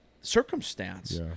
circumstance